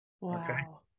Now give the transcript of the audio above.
Wow